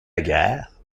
guerre